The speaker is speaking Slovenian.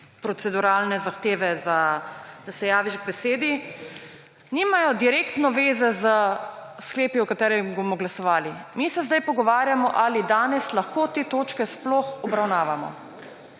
proceduralne zahteve, da se javiš k besedi, nimajo direktno veze s sklepi, o katerih bomo glasovali. Mi se zdaj pogovarjamo, ali danes lahko te točke sploh obravnavamo.